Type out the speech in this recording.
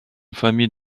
famille